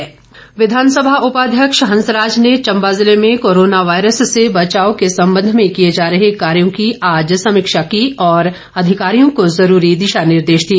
हंसराज विधानसभा उपाध्यक्ष हंसराज ने चंबा ज़िले में कोरोना वायरस से बचाव के संबंध में किए जा रहे कार्यों की आज समीक्षा की और अधिकारियों को जरूरी दिशा निर्देश दिए